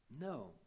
No